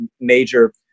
major